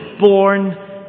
born